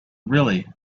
really